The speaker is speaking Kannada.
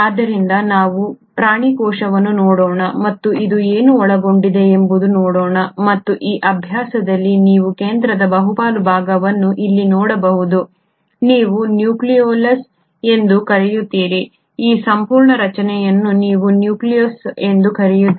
ಆದ್ದರಿಂದ ನಾವು ಪ್ರಾಣಿ ಕೋಶವನ್ನು ನೋಡೋಣ ಮತ್ತು ಅದು ಏನು ಒಳಗೊಂಡಿದೆ ಎಂಬುದನ್ನು ನೋಡೋಣ ಮತ್ತು ಈ ಅಭ್ಯಾಸದಲ್ಲಿ ನೀವು ಕೇಂದ್ರದ ಬಹುಪಾಲು ಭಾಗವನ್ನು ಇಲ್ಲಿ ನೋಡಬಹುದು ನೀವು ನ್ಯೂಕ್ಲಿಯೊಲಸ್ ಎಂದು ಕರೆಯುತ್ತೀರಿ ಈ ಸಂಪೂರ್ಣ ರಚನೆಯನ್ನು ನೀವು ನ್ಯೂಕ್ಲಿಯಸ್ ಎಂದು ಕರೆಯುತ್ತೀರಿ